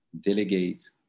delegate